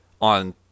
on